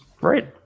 Right